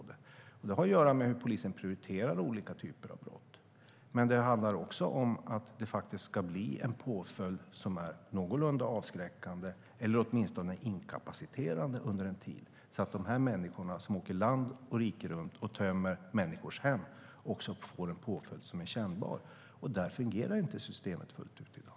Det har att göra med hur polisen prioriterar olika typer av brott, men det handlar också om att det faktiskt ska bli en påföljd som är någorlunda avskräckande eller åtminstone inkapaciterande under en tid. De människor som åker land och rike runt och tömmer människors hem ska få en påföljd som är kännbar, och där fungerar inte systemet fullt ut i dag.